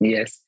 Yes